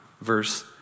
verse